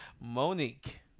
Monique